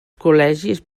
col·legis